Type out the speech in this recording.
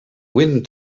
wind